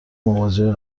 مواجه